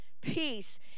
peace